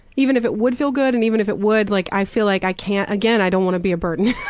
even if it would feel good, and even if it would, like i feel like i can't again i don't want to be a burden.